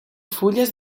fulles